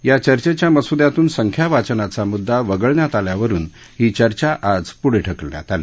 या चर्चेच्या मसुदयातून संख्यावाचनाचा मुददा वगळण्यात आल्यावरून ही चर्चा आज प्ढे ढकलण्यात आली